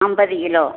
ஐம்பது கிலோ